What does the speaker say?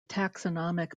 taxonomic